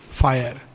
fire